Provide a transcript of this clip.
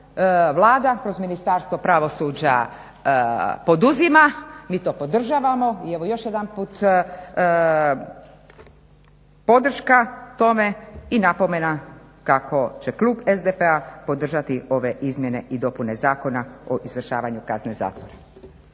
Vlada kroz Ministarstvo pravosuđa poduzima, mi to podržavamo i evo još jedanput podrška tome i napomena kako će klub SDP-a podržati ove izmjene i dopune Zakona o izvršavanju kazne zatvora.